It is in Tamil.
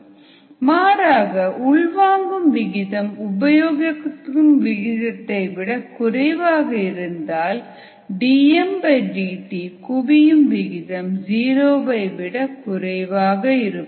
மாறாக உள்வாங்கும் விகிதம் உபயோகிக்கும் விகிதத்தை விட குறைவாக இருந்தால் dmdt குவியும் விகிதம் ஜீரோவை விட குறைவாக இருக்கும்